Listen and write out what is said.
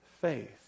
faith